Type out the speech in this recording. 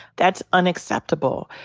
that's unacceptable.